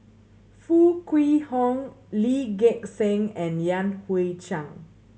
Foo Kwee Horng Lee Gek Seng and Yan Hui Chang